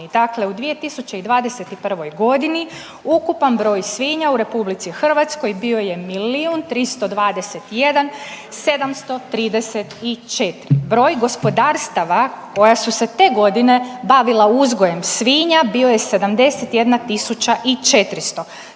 Dakle u 2021. godini, ukupan broj svinja u RH bio je 1 321 734. Broj gospodarstava koja su se te godine bavila uzgojem svinja bio je 71 400.